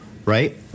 right